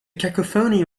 cacophony